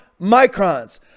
microns